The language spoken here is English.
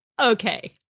Okay